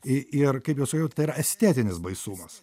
i ir kaip jau sakiau tai yra estetinis baisumas